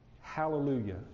Hallelujah